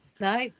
no